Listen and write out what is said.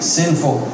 sinful